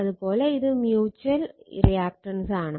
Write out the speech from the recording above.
അത് പോലെ ഇത് മ്യൂച്ചൽ റിയാക്റ്റൻസാണ്